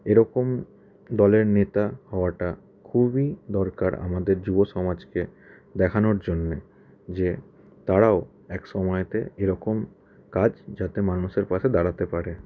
এরকম দলের নেতা হওয়াটা খুবই দরকার আমাদের যুব সমাজকে দেখানোর জন্য যে তারাও এক সময়তে এ রকম কাজ যাতে মানুষের পাশে দাঁড়াতে পারে